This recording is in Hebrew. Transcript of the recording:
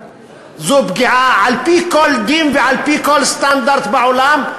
פגיעה על-פי כל דין ועל-פי כל סטנדרט בעולם,